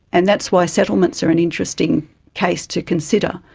and that's why settlements are an interesting case to consider,